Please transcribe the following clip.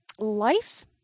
life